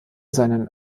seinen